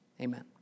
Amen